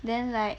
then like